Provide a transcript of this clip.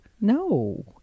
No